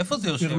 איפה זה יושב?